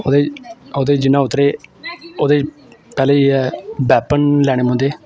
ओह्दे च ओह्दे च जियां उतरे ओह्दे च पैह्ले एह् ऐ वैपन लैने पौंदे